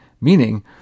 meaning